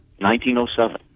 1907